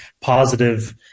positive